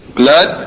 blood